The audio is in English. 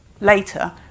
later